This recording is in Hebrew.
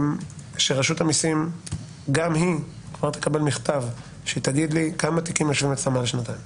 אני מבקש שרשות המיסים תגיד לי כמה תיקי חקירה יושבים אצלה מעל שנתיים